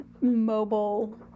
mobile